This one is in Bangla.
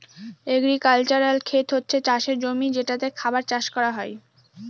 এগ্রিক্যালচারাল খেত হচ্ছে চাষের জমি যেটাতে খাবার চাষ করা হয়